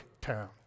town